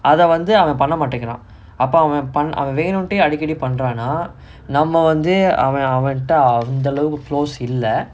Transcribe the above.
அத வந்து அவன் பண்ண மாடிங்கிறான் அப்ப அவன் வேணுண்டே அடிக்கடி பண்றானா நம்ம வந்து அவ அவன்ட அந்த அளவுக்கு:atha vanthu avan panna maatingiraan appa avan vaenuntae adikkadi pandraanaa namma vanthu ava avanta antha alavukku close இல்ல:illa